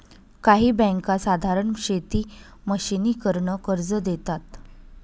काही बँका साधारण शेती मशिनीकरन कर्ज देतात